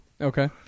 Okay